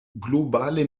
globale